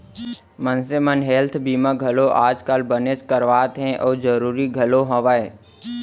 मनसे मन हेल्थ बीमा घलौ आज काल बनेच करवात हें अउ जरूरी घलौ हवय